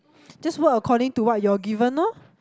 just work according to what you are given lor